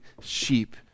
sheep